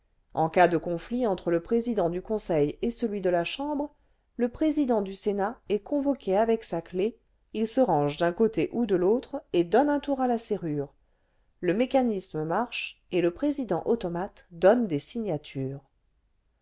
en cas de conflit entre le président du conseil et celui de la chambre le président du sénat est convoqué avec sa clef il se range d'un côté ou de l'autre et donne un tour à la serrure le mécanisme marche et le président automate donne des signatures